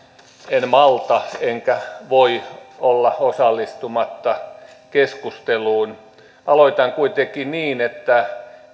en malta enkä voi olla osallistumatta keskusteluun aloitan kuitenkin niin että